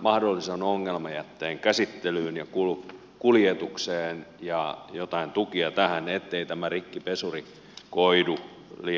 mahdollisen ongelmajätteen käsittelyyn ja kuljetukseen ja joitain tukia tähän ettei tämä rikkipesuri koidu liian kalliiksi